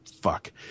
Fuck